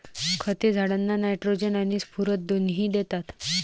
खते झाडांना नायट्रोजन आणि स्फुरद दोन्ही देतात